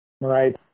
Right